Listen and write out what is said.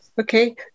Okay